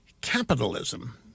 capitalism